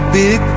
big